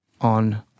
on